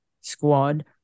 squad